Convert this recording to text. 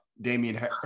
Damian